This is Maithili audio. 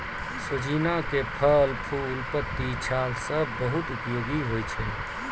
सोजीना के फल, फूल, पत्ती, छाल सब बहुत उपयोगी होय छै